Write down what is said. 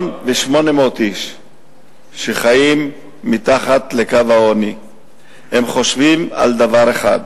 1.8 מיליון איש שחיים מתחת לקו העוני חושבים על דבר אחד,